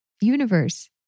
universe